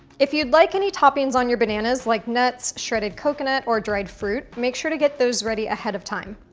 if you'd like any toppings on your bananas like nuts, shredded coconut or dried fruit, make sure to get those ready ahead of time.